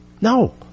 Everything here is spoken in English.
No